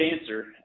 answer